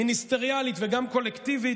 מיניסטריאלית וגם קולקטיבית,